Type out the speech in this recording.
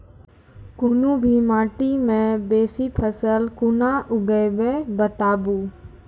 कूनू भी माटि मे बेसी फसल कूना उगैबै, बताबू?